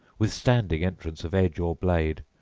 withstanding entrance of edge or blade.